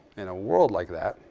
in a world like that,